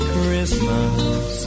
Christmas